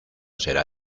será